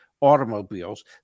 automobiles